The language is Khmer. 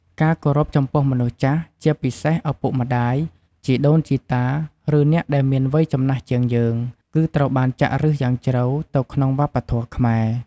ការគោរពចំពោះមនុស្សចាស់ ជាពិសេសឪពុកម្ដាយ ជីដូនជីតា ឬអ្នកដែលមានវ័យចំណាស់ជាងយើង គឺត្រូវបានចាក់ឫសយ៉ាងជ្រៅទៅក្នុងវប្បធម៌ខ្មែរ។